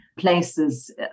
places